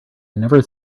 never